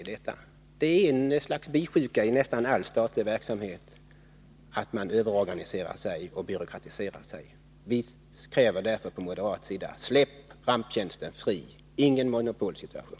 Det är ett slags sjuka i nästan all statlig verksamhet — man överorganiserar sig och byråkratiserar sig. Vi kräver därför från moderat håll: Släpp ramptjänsten fri! Ingen monopolsituation!